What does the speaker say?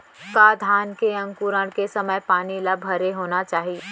का धान के अंकुरण के समय पानी ल भरे होना चाही?